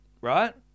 Right